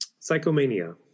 Psychomania